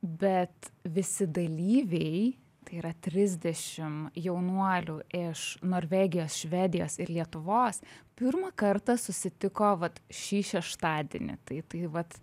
bet visi dalyviai tai yra trisdešim jaunuolių iš norvegijos švedijos ir lietuvos pirmą kartą susitiko vat šį šeštadienį tai tai vat